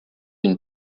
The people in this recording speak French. une